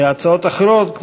על הצעות אחרות,